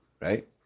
right